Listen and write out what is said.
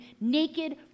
naked